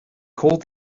called